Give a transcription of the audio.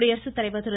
குடியரசுத்தலைவர் திரு